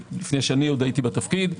עוד לפני שאני הייתי בתפקיד.